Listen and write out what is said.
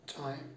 time